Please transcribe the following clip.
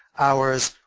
hours,